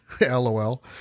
lol